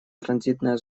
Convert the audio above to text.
транзитная